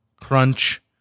crunch